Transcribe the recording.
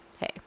hey